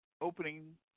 opening